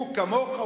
הוא כמוך,